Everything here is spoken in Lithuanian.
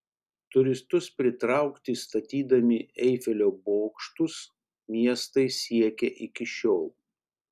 turistus pritraukti statydami eifelio bokštus miestai siekia iki šiol